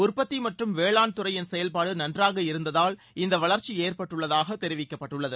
உற்பத்தி மற்றும் வேளாண்துறையின் செயல்பாடு நன்றாக இருந்ததால் இந்த வளர்ச்சி ஏற்பட்டுள்ளதாக தெரிவிக்கப்பட்டுள்ளது